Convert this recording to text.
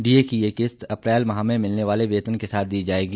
DA की ये किस्त अप्रैल माह में मिलने वाले वाले वेतन के साथ दी जाएगी